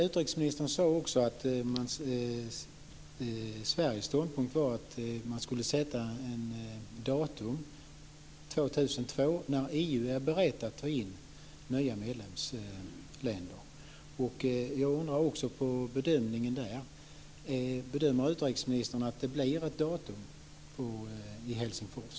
Utrikesministern sade också att Sveriges ståndpunkt var att man skulle sätta ett datum 2002 när EU är berett att ta in nya medlemsländer. Bedömer utrikesministern att det fastställs ett datum i Helsingfors?